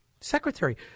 secretary